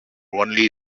only